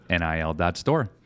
nil.store